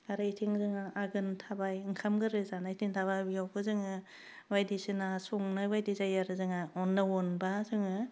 आरो बिथिं जोंहा आघोन थाबाय ओंखाम गोरलै जानाय दिनथाबा बेयावबो जोङो बायदिसिना संनाय बायदि जायो आरो जोङा अनो अनबा जोङो